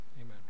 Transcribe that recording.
amen